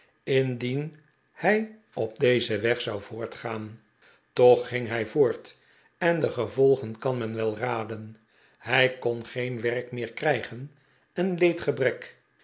indien hij op dezen weg zou voortgaan toch ging hij voort en de gevolgen kan men wel raden hij kon geen werk meer krijgen en leed gebrek